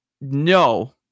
no